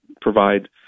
provide